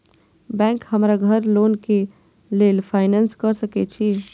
Bank हमरा घर loan के लेल फाईनांस कर सके छे?